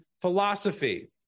philosophy